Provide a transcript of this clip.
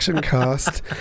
cast